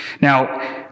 Now